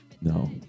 No